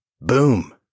Boom